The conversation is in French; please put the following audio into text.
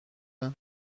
bains